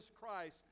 Christ